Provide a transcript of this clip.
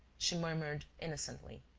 she murmured innocently.